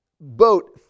boat